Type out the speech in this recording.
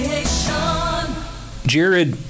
Jared